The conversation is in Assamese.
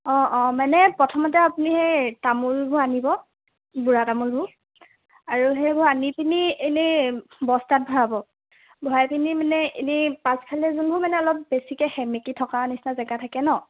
অ অ মানে প্ৰথমতে আপুনি তামোলবোৰ আনিব বুঢ়া তামোলবোৰ আৰু সেইবোৰ আনি পিনি এনেই বস্তাত ভৰাব ভৰাই পিনি মানে এনেই পাছফালে যোনবোৰ মানে অলপ বেছিকৈ সেমেকি থকা নিচিনা জেগা থাকে ন'